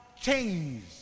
change